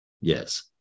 yes